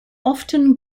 often